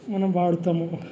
మనం వాడుతాము